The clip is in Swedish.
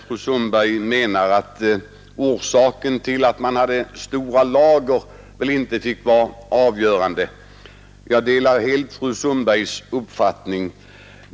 Fru Sundberg anser att det faktum att man har stora lager inte får vara avgörande, och jag delar helt hennes uppfattning.